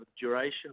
duration